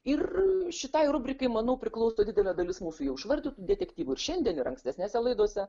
ir šitai rubrikai manau priklauso didelė dalis mūsų jau išvardytų detektyvų ir šiandien ir ankstesnėse laidose